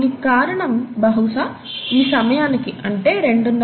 దీనికి కారణం బహుశా ఈ సమయానికి అంటే 2